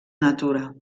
natura